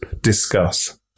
Discuss